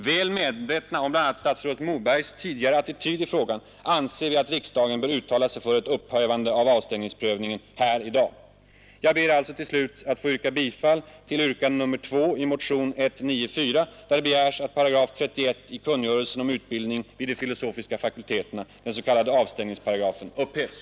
Väl medvetna om bl.a. herr Mobergs tidigare attityd i frågan anser vi att riksdagen i dag bör uttala sig för ett upphävande av avstängningsprövningen. Jag ber alltså att få hemställa om bifall till yrkandet nr 2 i motionen 194, där det begärs att 31 § i kungörelsen om utbildning vid de filosofiska fakulteterna, den s.k. avstängningsparagrafen, upphävs.